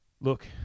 look